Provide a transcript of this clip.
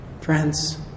friends